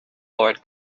lord